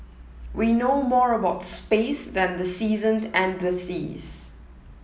we know more about space than the seasons and the seas